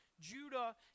Judah